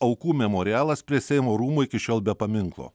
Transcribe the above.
aukų memorialas prie seimo rūmų iki šiol be paminklo